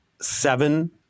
seven